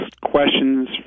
questions